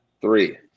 Three